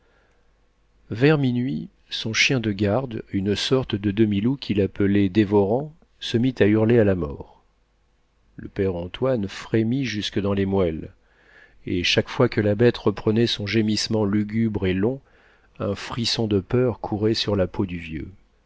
vers minuit son chien de garde une sorte de demi loup qu'il appelait dévorant se mit à hurler à la mort le père antoine frémit jusque dans les moelles et chaque fois que la bête reprenait son gémissement lugubre et long un frisson de peur courait sur la peau du vieux